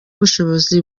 ubushobozi